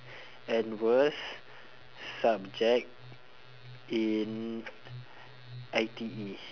and worst subject in I_T_E